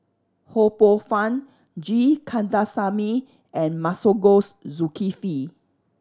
Ho Poh Fun G Kandasamy and Masagos Zulkifli